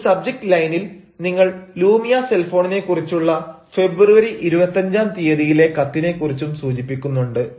ഒരു സബ്ജക്ട് ലൈനിൽ നിങ്ങൾ ലൂമിയ സെൽ ഫോണിനെക്കുറിച്ചുള്ള ഫെബ്രുവരി 25 ആം തീയതിയിലെ കത്തിനെ കുറിച്ചും സൂചിപ്പിക്കുന്നുണ്ട്